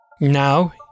Now